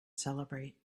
celebrate